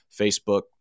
Facebook